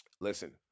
Listen